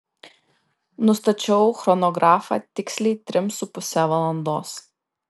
nustačiau chronografą tiksliai trim su puse valandos